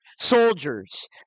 soldiers